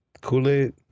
Kool-Aid